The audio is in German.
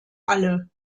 alle